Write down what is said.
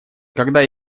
когда